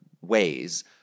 ways